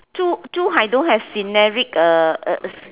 Zhu~ Zhuhai don't have scenery uh